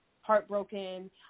heartbroken